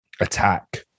attack